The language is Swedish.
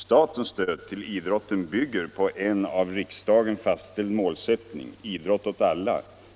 Statens stöd till idrotten bygger på en av riksdagen fastställd målsättning — idrott åt alla.